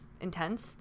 intense